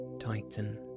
titan